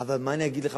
אבל מה אני אגיד לך?